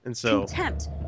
Contempt